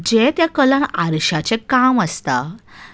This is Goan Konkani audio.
जें त्या कला आरशाचें काम आसता